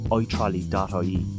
itrolley.ie